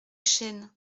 chenes